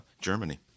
Germany